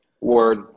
Ward